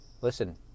Listen